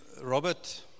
Robert